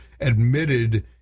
admitted